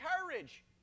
courage